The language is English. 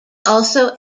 also